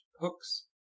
hooks